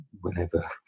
whenever